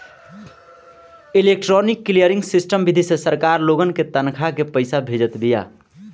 electronic clearing system विधि से सरकार लोगन के तनखा के पईसा भेजत बिया